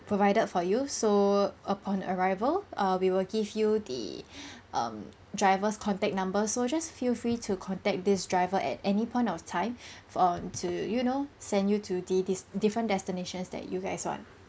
provided for you so upon arrival err we will give you the um driver's contact number so just feel free to contact this driver at any point of time for um to you know send you to the these different destinations that you guys want